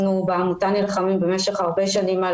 בעמותה אנחנו נלחמים במשך הרבה שנים על